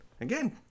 Again